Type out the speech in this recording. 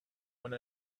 one